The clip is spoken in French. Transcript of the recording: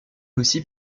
aussi